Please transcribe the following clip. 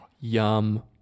Yum